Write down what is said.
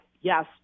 yes